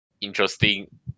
interesting